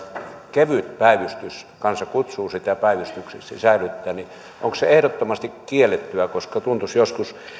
kevyt päivystys kansa kutsuu sitä päivystykseksi säilyttää se olisi ehdottomasti kiellettyä tuntuisi joskus